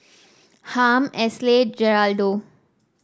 Harm Esley Geraldo